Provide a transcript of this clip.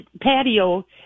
Patio